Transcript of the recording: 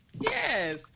yes